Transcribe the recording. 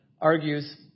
argues